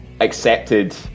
accepted